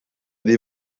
die